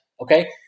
okay